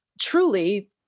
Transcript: truly